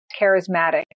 charismatic